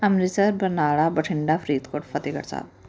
Amritsar Barnala Bathinda Faridkot Fatehgarh Sahib